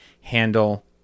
handle